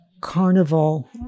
carnival